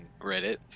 Reddit